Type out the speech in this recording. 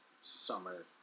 summer